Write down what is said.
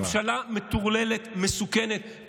ממשלה מטורללת, מסוכנת.